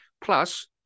Plus